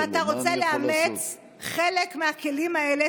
אני רוצה לשאול אותך אם אתה רוצה לאמץ חלק מהכלים האלה.